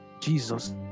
Jesus